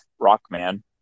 Rockman